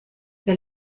wer